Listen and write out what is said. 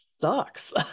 sucks